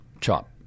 chop